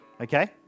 okay